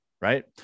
right